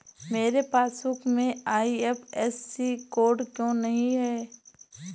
मेरे पासबुक में IFSC code क्यो नहीं है?